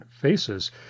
faces